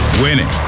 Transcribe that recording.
Winning